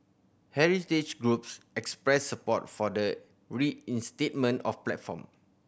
heritage groups expressed support for the reinstatement of platform